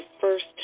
first